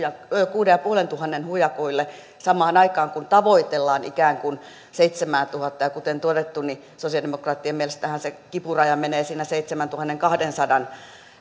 kuuden ja puolen tuhannen hujakoille samaan aikaan kun ikään kuin tavoitellaan seitsemäätuhatta ja kuten todettu niin sosiaalidemokraattien mielestähän se kipuraja menee siinä seitsemäntuhannenkahdensadan